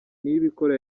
niyibikora